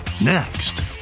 Next